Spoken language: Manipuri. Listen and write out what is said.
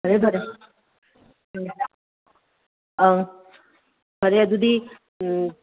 ꯐꯔꯦ ꯐꯔꯦ ꯎꯪ ꯑꯥ ꯐꯔꯦ ꯑꯗꯨꯗꯤ ꯎꯝ